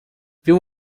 viu